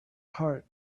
heart